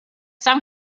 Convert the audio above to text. some